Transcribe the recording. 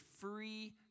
free